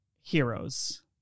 heroes